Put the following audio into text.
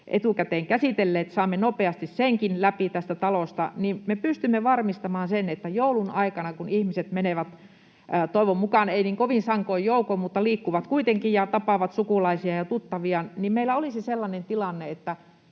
etukäteen käsitelleet, ja saamme nopeasti senkin läpi tästä talosta, niin me pystymme varmistamaan sen, että joulun aikana, kun ihmiset menevät — toivon mukaan eivät niin kovin sankoin joukoin, mutta liikkuvat kuitenkin — tapaamaan sukulaisia ja tuttavia, meillä olisi sellainen tilanne, että